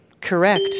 Correct